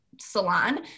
salon